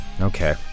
Okay